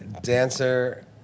dancer